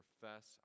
profess